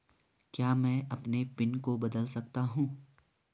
क्या मैं अपने पिन को बदल सकता हूँ?